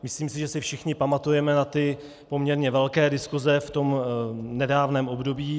Myslím si, že si všichni pamatujeme na ty poměrně velké diskuse v nedávném období.